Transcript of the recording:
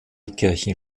kirchen